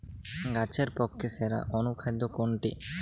গাছের পক্ষে সেরা অনুখাদ্য কোনটি?